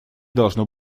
должно